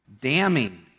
damning